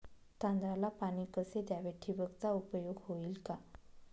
तांदळाला पाणी कसे द्यावे? ठिबकचा उपयोग होईल का?